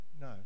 no